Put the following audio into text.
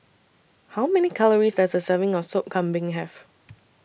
How Many Calories Does A Serving of Sop Kambing Have